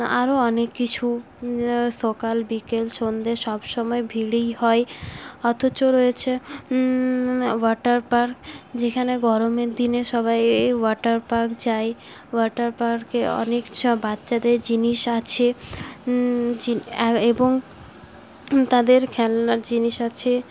আরো অনেক কিছু সকাল বিকেল সন্ধ্যে সবসময় ভিড়ই হয় অথচ রয়েছে ওয়াটার পার্ক যেখানে গরমের দিনে সবাই এই ওয়াটার পার্ক যায় ওয়াটার পার্কে অনেক সব বাচ্চাদের জিনিস আছে এবং তাদের খেলনার জিনিস আছে